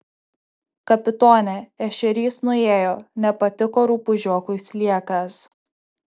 kapitone ešerys nuėjo nepatiko rupūžiokui sliekas